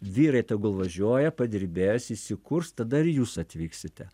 vyrai tegul važiuoja padirbės įsikurs tada ir jūs atvyksite